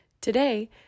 Today